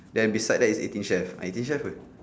then beside there is eighteen chef eighteen chef with